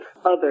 others